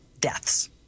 deaths